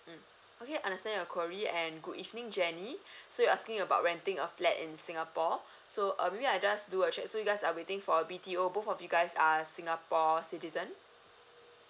mm okay I understand your query and good evening J E N N Y so you're asking about renting a flat in singapore so err maybe I just do a check so you guys are waiting for B_T_O both of you guys are singapore citizen